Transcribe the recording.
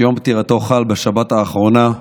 שיום פטירתו חל בשבת האחרונה,